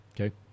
okay